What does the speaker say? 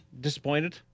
disappointed